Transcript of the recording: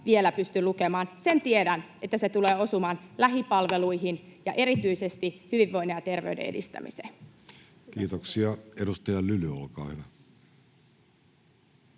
vielä pysty lukemaan. Sen tiedän, että se tulee osumaan lähipalveluihin ja erityisesti hyvinvoinnin ja terveyden edistämiseen. Kiitoksia. — Edustaja Lyly, olkaa hyvä.